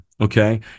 Okay